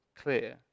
clear